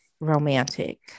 romantic